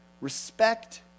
Respect